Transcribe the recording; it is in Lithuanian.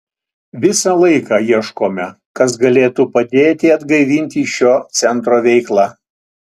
visą laiką ieškome kas galėtų padėti atgaivinti šio centro veiklą